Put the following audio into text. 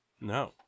No